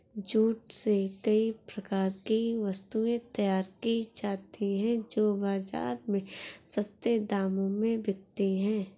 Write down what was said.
jute से कई प्रकार की वस्तुएं तैयार की जाती हैं जो बाजार में सस्ते दामों में बिकती है